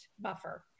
buffer